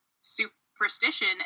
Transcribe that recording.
superstition